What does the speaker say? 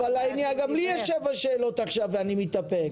אבל גם לי יש עכשיו שבע שאלות ואני מתאפק.